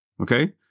okay